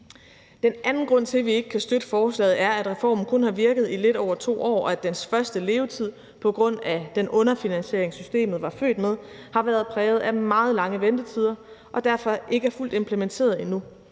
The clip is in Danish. Den anden grund til, at vi ikke kan støtte forslaget, er, at reformen kun har virket i lidt over 2 år, og at dens første levetid på grund af den underfinansiering, systemet var født med, har været præget af meget lange ventetider og derfor ikke er fuldt implementeret endnu.